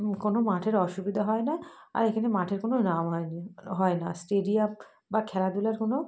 কোনো মাঠের অসুবিধা হয় না আর এখানে মাঠের কোনো নাম হয়নি হয় না স্টেডিয়াম বা খেলাধূলার কোনো